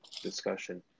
discussion